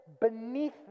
beneath